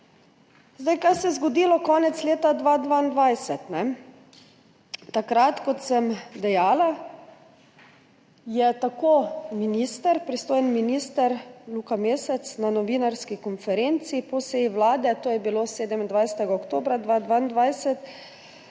Kaj se je zgodilo konec leta 2022? Takrat, kot sem dejala, je tako pristojni minister Luka Mesec na novinarski konferenci po seji Vlade, to je bilo 27. oktobra 2022,